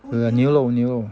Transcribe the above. the 牛肉牛肉